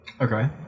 Okay